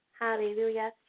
hallelujah